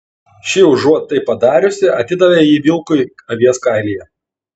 ši užuot tai padariusi atidavė jį vilkui avies kailyje